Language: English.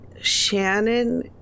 Shannon